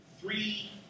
three